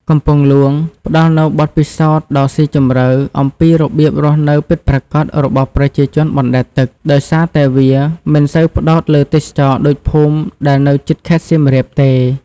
កំពង់លួងផ្តល់នូវបទពិសោធន៍ដ៏ស៊ីជម្រៅអំពីរបៀបរស់នៅពិតប្រាកដរបស់ប្រជាជនបណ្តែតទឹក ដោយសារតែវាមិនសូវផ្តោតលើទេសចរណ៍ដូចភូមិដែលនៅជិតខេត្តសៀមរាបទេ។